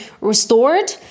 restored